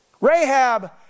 Rahab